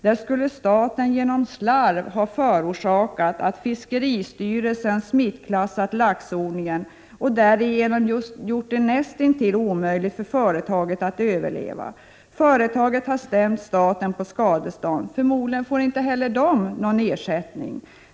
Där skulle staten genom slarv ha förorsakat att fiskeristyrelsen smittklassat laxodlingen och därigenom gjort det nästintill omöjligt för företaget att överleva. Företaget har stämt staten på skadestånd. Förmodligen får det inte heller någon ersättning.